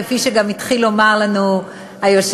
כפי שגם התחיל לומר לנו היושב-ראש,